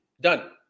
done